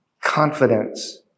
confidence